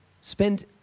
spend